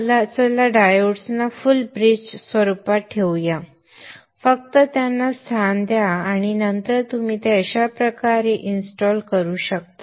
चला डायोड्सना फुल ब्रिजच्या स्वरुपात ठेवू या फक्त त्यांना स्थान द्या आणि नंतर तुम्ही ते अशा प्रकारे समायोजित करू शकता